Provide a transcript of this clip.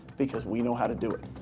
because we know how to do it.